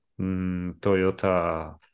toyota